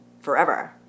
forever